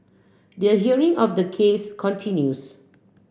the hearing for the case continues